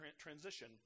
transition